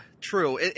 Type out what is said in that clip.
true